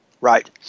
Right